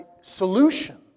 solution